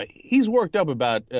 he's worked up about ah.